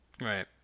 Right